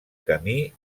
camí